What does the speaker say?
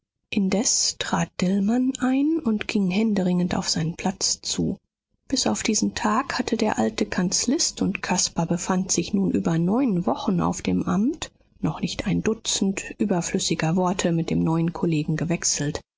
indes trat dillmann ein und ging händeringend auf seinen platz zu bis auf diesen tag hatte der alte kanzlist und caspar befand sich nun über neun wochen auf dem amt noch nicht ein dutzend überflüssiger worte mit dem neuen kollegen gewechselt